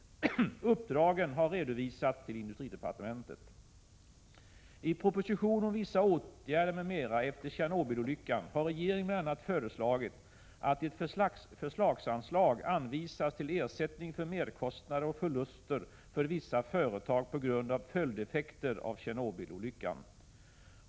Uppdragen har redovisats till industridepartementet. I proposition 1986/87:18 om vissa åtgärder m.m. efter Tjernobylolyckan har regeringen bl.a. föreslagit att ett förslagsanslag anvisas till ersättning för merkostnader och förluster för vissa företag på grund av följdeffekter av Tjernobylolyckan.